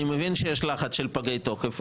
אני מבין שיש לחץ של פגי תוקף,